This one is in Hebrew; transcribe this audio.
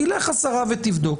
תלך השרה ותבדוק.